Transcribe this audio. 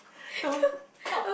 don't talk